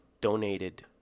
donated